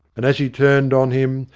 and as he turned on him,